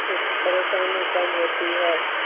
پریشانی کم ہوتی ہے